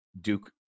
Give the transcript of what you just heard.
Duke